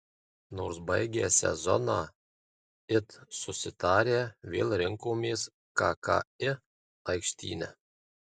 nors baigę sezoną it susitarę vėl rinkomės kki aikštyne